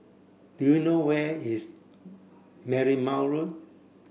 do you know where is Marymount Road